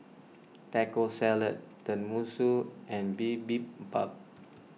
Taco Salad Tenmusu and Bibimbap